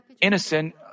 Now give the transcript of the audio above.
Innocent